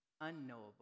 unknowable